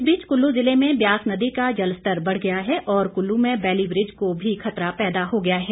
इस बीच कुल्लू ज़िले में ब्यास नदी का जलस्तर बढ़ गया है और कुल्लू में बैली ब्रिज को भी खतरा पैदा हो गया है